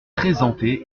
présenté